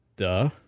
duh